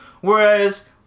Whereas